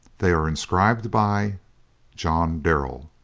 they are inscribed by john darrell.